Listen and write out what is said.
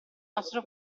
nostro